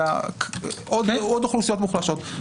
אלא עוד אוכלוסיות מוחלשות.